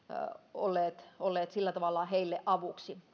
olleet olleet sillä tavalla heille avuksi